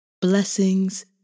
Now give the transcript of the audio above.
Blessings